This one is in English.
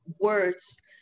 words